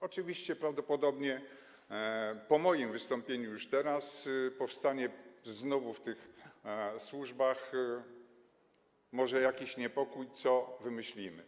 Oczywiście prawdopodobnie po moim wystąpieniu już teraz powstanie może znowu w tych służbach jakiś niepokój, co wymyślimy.